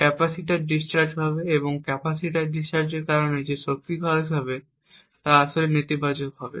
capacitor discharge হবে এবং ক্যাপাসিটরের ডিসচার্জিংয়ের কারণে যে শক্তি খরচ হবে তা আসলে নেতিবাচক হবে